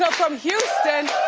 so from houston,